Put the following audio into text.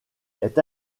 est